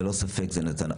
ללא ספק זה נתן.